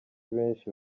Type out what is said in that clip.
benshi